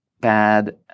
bad